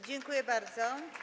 Dziękuję bardzo.